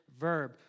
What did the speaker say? verb